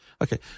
Okay